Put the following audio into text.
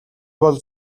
бол